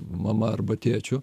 mama arba tėčiu